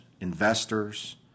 investors